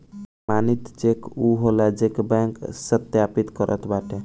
प्रमाणित चेक उ होला जेके बैंक सत्यापित करत बाटे